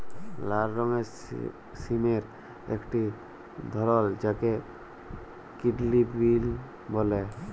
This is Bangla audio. লাল রঙের সিমের একটি ধরল যাকে কিডলি বিল বল্যে